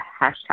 hashtag